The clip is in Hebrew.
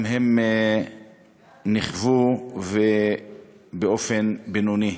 גם הם נכוו באופן בינוני,